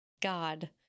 God